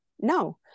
No